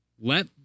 let